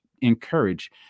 encourage